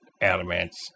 elements